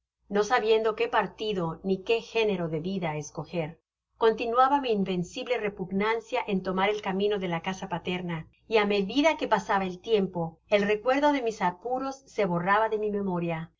no sabiendo qué partido ni qué género de vida escoger continuaba mi invencible repugnancia en tomar el camino de la casa paterna y á medida que pasaba tiempo el recuerdo de mis apuros se borraba de mi memoria